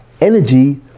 energy